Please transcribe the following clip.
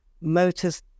Motors